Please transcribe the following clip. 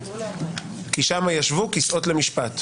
כי שמה ישבו כסאות למשפט.